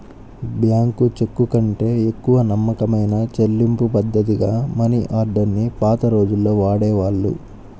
bank చెక్కుకంటే ఎక్కువ నమ్మకమైన చెల్లింపుపద్ధతిగా మనియార్డర్ ని పాత రోజుల్లో వాడేవాళ్ళు